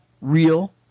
real